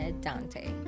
Dante